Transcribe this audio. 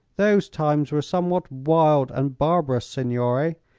those times were somewhat wild and barbarous, signore,